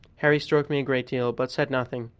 harry stroked me a great deal, but said nothing,